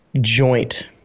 joint